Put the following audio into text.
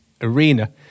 arena